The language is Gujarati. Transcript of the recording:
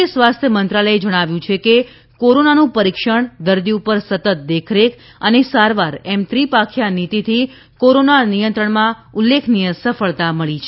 કેન્દ્રીય સ્વાસ્થ્ય મંત્રાલયે જણાવ્યું છે કે કોરોનાનું પરીક્ષણ દર્દી પર સતત દેખરેખ અને સારવા એમ ત્રિપાંખીયા નીતીથી કોરોના નિયંત્રણમાં ઉલ્લેખનીય સફળતા મળી છે